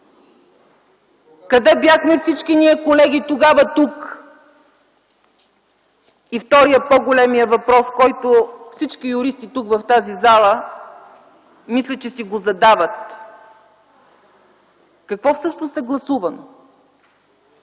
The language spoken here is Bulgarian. къде бяхме всички ние, колеги, тогава тук? И вторият по-голям въпрос, който всички юристи тук в тази зала мисля, че си го задават: какво всъщност е гласувано?